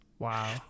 Wow